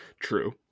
True